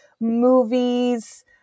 movies